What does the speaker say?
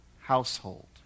household